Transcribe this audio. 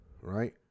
right